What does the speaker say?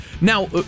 Now